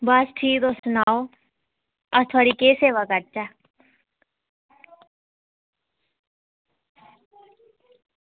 बस ठीक तुस सनाओ अस थुआढ़ी केह् सेवा करचै